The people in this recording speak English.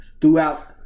throughout